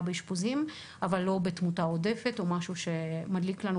באחוזים אבל לא בתמותה עודפת או משהו שמדליק לנו,